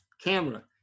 camera